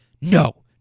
no